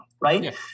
right